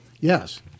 Yes